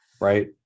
right